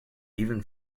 even